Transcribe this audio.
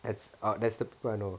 that's that's the பண்ணுவோம்:pannuvom